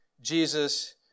Jesus